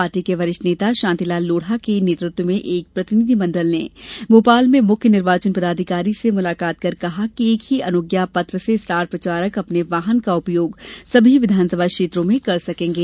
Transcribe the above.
party के वरिष्ठ नेता शांतिलाल लोढ़ा के नेतृत्व में एक प्रतिनिधि मंडल ने भोपाल में मुख्य निर्वाचन पदाधिकारी से मुलाकात कर कहा कि एक ही अनुज्ञा पत्र से स्टार प्रचारक अपने वाहन का उपयोग सभी विधानसभा क्षेत्रों में कर सकेंगे